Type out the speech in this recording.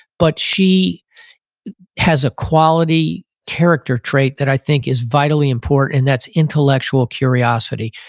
but she has a quality character trait that i think is vitally important and that's intellectual curiosity.